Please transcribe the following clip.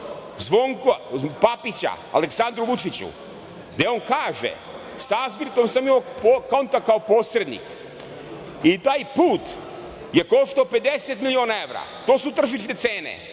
pismu Papića Aleksandru Vučiću, gde on kaže: „Sa Azvirotom sam imao kontakt kao posrednik i taj put je koštao 50 miliona evra. To su tržišne cene.